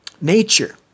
Nature